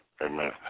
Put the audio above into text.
amen